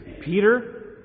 Peter